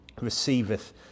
receiveth